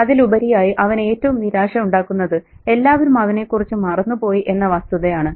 അതിലുപരിയായി അവന് ഏറ്റവും നിരാശ ഉണ്ടാക്കുന്നത് എല്ലാവരും അവനെക്കുറിച്ച് മറന്നുപോയി എന്ന വസ്തുതയാണ്